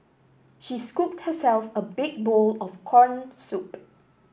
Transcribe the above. she scooped herself a big bowl of corn soup